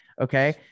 Okay